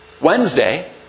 Wednesday